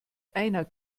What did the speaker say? einer